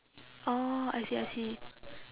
orh I see I see